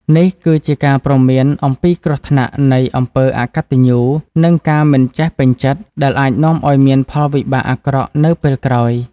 នេះគឺជាការព្រមានអំពីគ្រោះថ្នាក់នៃអំពើអកតញ្ញូ និងការមិនចេះពេញចិត្ត ដែលអាចនាំឲ្យមានផលវិបាកអាក្រក់នៅពេលក្រោយ។